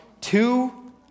two